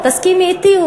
את תסכימי אתי,